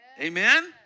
Amen